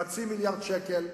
חצי מיליארד שקל,